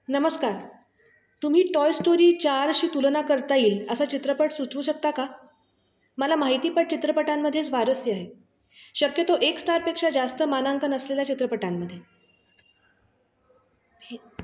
नमस्कार तुम्ही Toy Story चारशी तुलना करता येईल असा चित्रपट सुचवू शकता का मला माहिती पट चित्रपटांमध्येच स्वारस्य आहे शक्यतो एक स्टारपेक्षा जास्त मानांकन असलेल्या चित्रपटांमध्ये हे